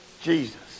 Jesus